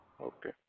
Okay